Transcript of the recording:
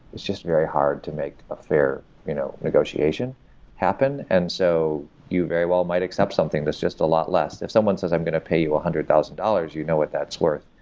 it's just very hard to make a fair you know negotiation happen. and so you very well might accept something that's just a lot less. if someone says, i'm going to pay you one ah hundred thousand dollars, you know what that's worth.